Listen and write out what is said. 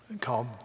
called